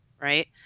right